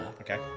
Okay